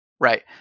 right